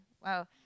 wow